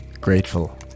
grateful